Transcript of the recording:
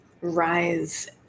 rise